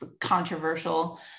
controversial